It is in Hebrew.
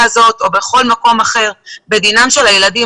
הזאת או בכל מקום אחר בדינם של הילדים,